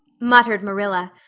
muttered marilla,